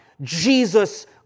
Jesus